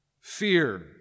fear